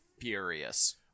furious